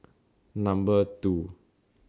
Number two